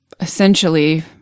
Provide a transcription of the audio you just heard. essentially